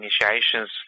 initiations